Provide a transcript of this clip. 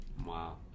wow